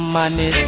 Money